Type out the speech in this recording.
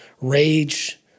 rage